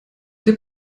der